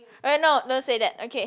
alright no don't say that okay